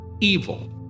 evil